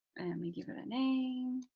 we give it a name